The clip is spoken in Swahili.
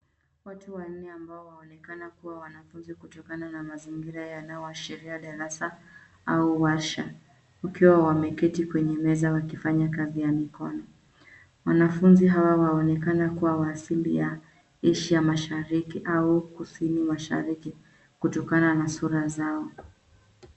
Watu wanne ambao waonekana kuwa wanafunzi kutokana na mazingira yanayooshiria darasa au warsha, wakiwa wameketi kwenye meza wakifanya kazi ya mikono. Wanafunzi hawa waonekana kuwa wa asili ya Asia Mashariki au Kusini Mashariki kutokana na sura zao.